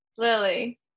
Lily